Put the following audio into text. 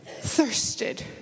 thirsted